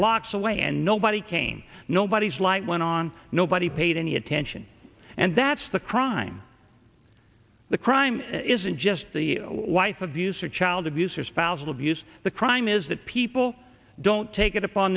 blocks away and nobody came nobody's light went on nobody paid any attention and that's the crime the crime isn't just the wife abuser child abuse or spouse abuse the crime is that people don't take it upon